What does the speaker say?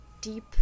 deep